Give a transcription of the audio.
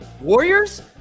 Warriors